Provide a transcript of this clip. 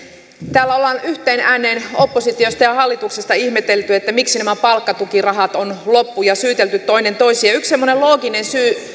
täällä ollaan yhteen ääneen oppositiosta ja hallituksesta ihmetelty miksi nämä palkkatukirahat ovat loppu ja syytelty toinen toisia yksi semmoinen looginen syy